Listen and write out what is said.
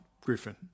Griffin